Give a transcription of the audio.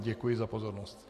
Děkuji za pozornost.